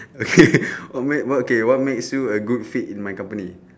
okay oh man okay what makes you a good fit in my company